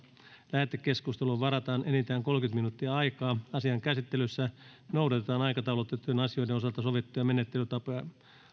lähetekeskusteluun varataan enintään kolmekymmentä minuuttia asian käsittelyssä noudatetaan aikataulutettujen asioiden osalta sovittuja menettelytapoja